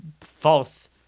false